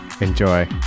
Enjoy